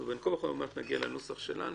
אנחנו בין כה וכה עוד מעט נגיע לנוסח שלנו,